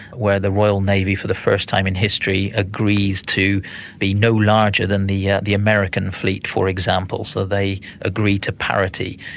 where the royal navy for the first time in history agrees to be no larger than the yeah the american fleet, for example. so they agree to parity.